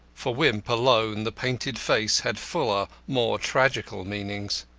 for wimp, alone, the painted face had fuller, more tragical meanings.